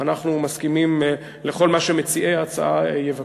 אנחנו מסכימים לכל מה שמציעי ההצעה יבקשו.